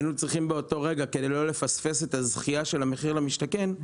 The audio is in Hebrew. וכדי לא לפספס את הזכייה במחיר למשתכן,